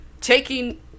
taking